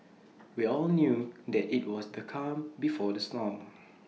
we all knew that IT was the calm before the storm